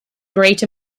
great